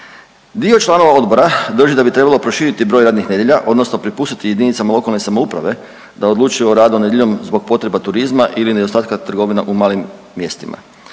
Dio članova odbora drži da bi trebalo proširiti broj radnih nedjelja odnosno prepustiti jedinicama lokalne samouprave da odlučuju o radu nedjeljom zbog potreba turizma ili nedostatka trgovina u malim mjestima.